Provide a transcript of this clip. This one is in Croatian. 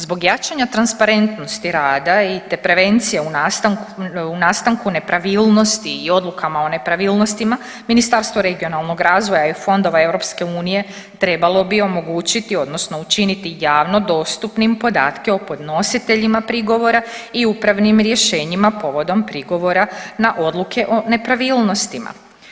Zbog jačanja transparentnosti rada, te prevencije u nastanku nepravilnosti i odlukama o nepravilnostima Ministarstvo regionalnog razvoja i fondova EU trebalo bi omogućiti, odnosno učiniti javno dostupnim podatke o podnositeljima prigovora i upravnim rješenjima povodom prigovora na odluke o nepravilnostima.